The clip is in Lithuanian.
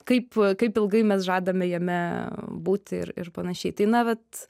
kaip kaip kaip ilgai mes žadame jame būti ir ir panašiai tai na vat